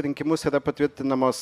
rinkimus yra patvirtinamos